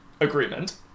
Agreement